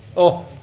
oh,